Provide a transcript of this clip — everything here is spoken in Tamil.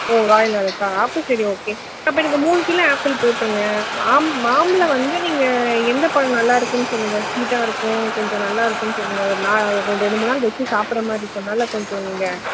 ஓ ராயல் ஆப்பிளா ஆப்பிள் சரி ஓகே அப்போ எனக்கு மூணு கிலோ ஆப்பிள் போட்டுருங்க ஆம் மாம்பழம் வந்து நீங்கள் எந்த பழம் நல்லாருக்குன்னு சொல்லுங்கள் ஸ்வீட்டாக இருக்கும் கொஞ்சம் நல்லாருக்குன்னு சொல்லுங்கள் ஒரு நா ஒரு ரெண்டு மூணு நாள் கழிச்சி சாப்புடுற மாதிரி இருக்கறனால கொஞ்சம் நீங்கள்